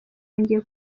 yongeye